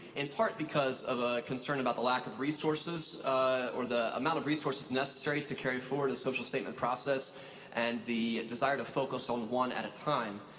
in part because of a concern about the lack of resources or the amount of resources necessary to carry forward a social statement process and the desire to focus on one at a time.